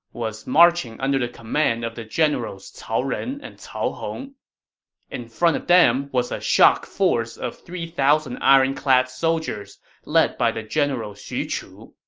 was marching under the command of the generals cao ren and cao hong. and in front of them was a shock force of three thousand ironclad soldiers, led by the general xu chu.